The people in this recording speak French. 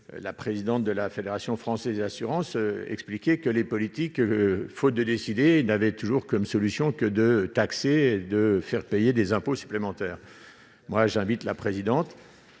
la présidente de la Fédération française des assurances, expliquer que les politiques faute de décider n'avait toujours comme solution que de taxer et de faire payer des impôts supplémentaires moi j'invite la présidente.